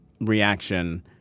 reaction